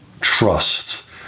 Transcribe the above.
trust